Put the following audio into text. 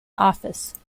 office